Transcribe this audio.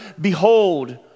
Behold